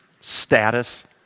status